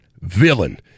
villain